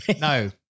no